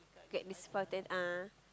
get this point of thing ah